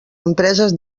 empreses